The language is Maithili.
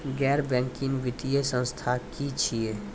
गैर बैंकिंग वित्तीय संस्था की छियै?